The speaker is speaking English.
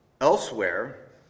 Elsewhere